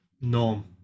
norm